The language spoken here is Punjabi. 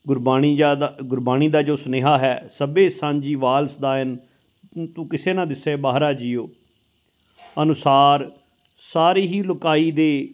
ਗੁਰਬਾਣੀ ਜਾ ਦਾ ਗੁਰਬਾਣੀ ਦਾ ਜੋ ਸੁਨੇਹਾ ਹੈ ਸਭੇ ਸਾਂਝੀਵਾਲ ਸਦਾਇਨਿ ਤੂੰ ਤੂੰ ਕਿਸੈ ਨ ਦਿਸਹਿ ਬਾਹਰਾ ਜੀਉ ਅਨੁਸਾਰ ਸਾਰੀ ਹੀ ਲੁਕਾਈ ਦੇ